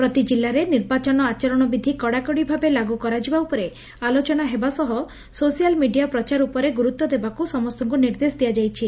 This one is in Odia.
ପ୍ରତି କିଲ୍ଲାରେ ନିର୍ବାଚନ ଆଚରଣବିଧି କଡ଼ାକଡ଼ି ଭାବେ ଲାଗୁ କରାଯିବା ଉପରେ ଆଲୋଚନା ହେବା ସହ ସୋସିଆଲ୍ ମିଡିଆ ପ୍ରଚାର ଉପରେ ଗୁରୁତ୍ୱ ଦେବାକୁ ସମସ୍ତଙ୍କୁ ନିର୍ଦ୍ଦେଶ ଦିଆଯାଇଛି